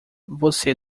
você